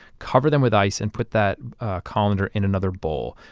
cover them with ice, and put that colander in another bowl.